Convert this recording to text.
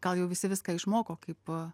gal jau visi viską išmoko kaip